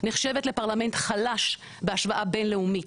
נחשבת לפרלמנט חלש בהשוואה בינלאומית,